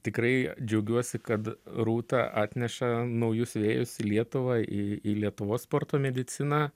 tikrai džiaugiuosi kad rūta atneša naujus vėjus į lietuvą į į lietuvos sporto mediciną